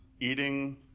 eating